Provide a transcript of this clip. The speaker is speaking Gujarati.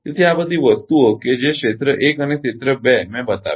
તેથી આ બધી વસ્તુઓ કે જે ક્ષેત્ર 1 અને ક્ષેત્ર 2 મેં બતાવી